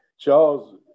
Charles